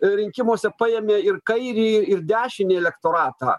rinkimuose paėmė ir kairįjį ir dešinįjį elektoratą